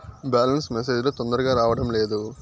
Balance message లు తొందరగా రావడం లేదు?